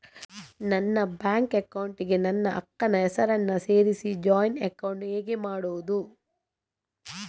ನನ್ನ bank account ಗೆ ನನ್ನ ಅಕ್ಕ ನ ಹೆಸರನ್ನ ಸೇರಿಸಿ ಜಾಯಿನ್ ಅಕೌಂಟ್ ಹೇಗೆ ಮಾಡುದು?